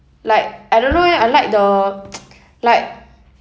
like I don't know eh I like the like